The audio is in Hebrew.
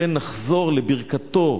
לכן נחזור לברכתו